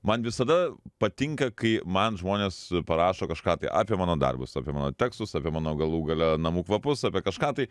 man visada patinka kai man žmonės parašo kažką tai apie mano darbus apie mano tekstus apie mano galų gale namų kvapus apie kažką tai